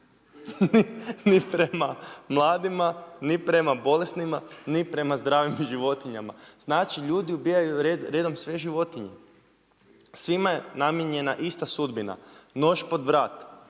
Ni prema mladima, ni prema bolesnima ni prema zdravim životinjama. Znači ljudi ubijaju redom sve životinje. Svima je namijenjena ista sudbina, nož pod vrat,